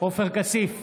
עופר כסיף,